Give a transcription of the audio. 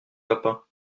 papa